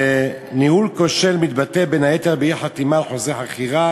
וניהול כושל מתבטא בין היתר באי-חתימה על חוזה חכירה